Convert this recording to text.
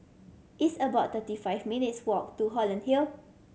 it's about thirty five minutes' walk to Holland Hill